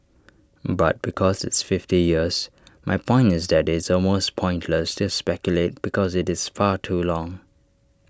but because it's fifty years my point is that it's almost pointless to speculate because IT is far too long